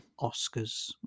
Oscars